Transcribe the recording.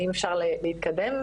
שניה.